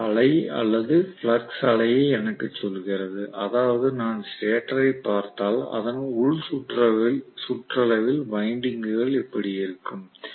F அலை அல்லது flux அலையை எனக்கு சொல்கிறது அதாவது நான் ஸ்டேட்டரைப் பார்த்தால் அதன் உள் சுற்றளவில் வைண்டிங்க்குகள் இப்படி இருக்கும்